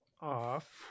off